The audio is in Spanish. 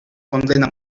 condena